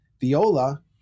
Viola